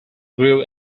grew